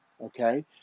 okay